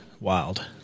wild